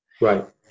right